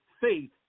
faith